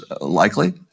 likely